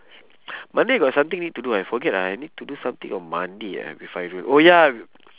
monday got something need to do ah I forget lah I need to do something on monday ah with fairul oh ya